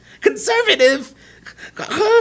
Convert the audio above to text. conservative